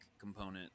component